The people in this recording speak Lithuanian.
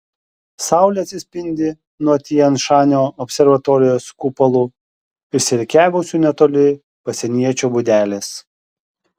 saulė atsispindi nuo tian šanio observatorijos kupolų išsirikiavusių netoli pasieniečio būdelės